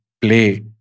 play